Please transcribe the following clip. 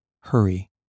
hurry